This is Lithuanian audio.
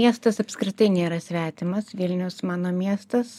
miestas apskritai nėra svetimas vilnius mano miestas